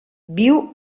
viu